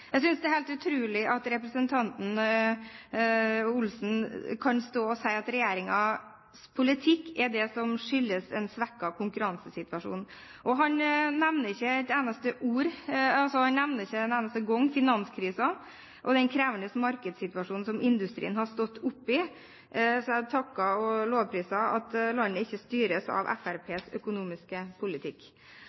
Jeg synes det er helt utrolig at representanten Solvik-Olsen kan stå og si at en svekket konkurransesituasjon skyldes regjeringens politikk. Han nevner ikke en eneste gang finanskrisen og den krevende markedssituasjonen som industrien har stått oppe i, så jeg takker og lovpriser at landet ikke styres av Fremskrittspartiets økonomiske politikk.